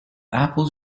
apples